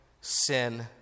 sin